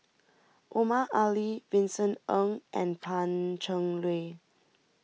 Omar Ali Vincent Ng and Pan Cheng Lui